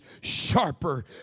sharper